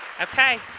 Okay